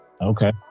Okay